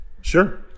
Sure